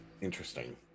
Interesting